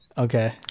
Okay